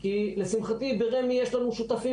בוקר טוב לכולם,